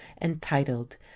entitled